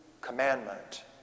commandment